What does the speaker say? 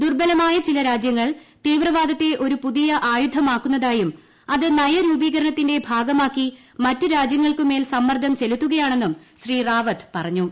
ദുർബലമായ ചില രാജ്യങ്ങൾ തീവ്രവാദത്തെ ഒരു പുതിയ ആയുധമാക്കുന്നതായും അത് നയരൂപീകരണത്തിന്റെ ഭാഗമാക്കി മറ്റ് രാജ്യങ്ങൾക്കുമേൽ സമ്മർദ്ദം ചെലുത്തുകയാണെന്നും ശ്രീ റാവത്ത് പറഞ്ഞു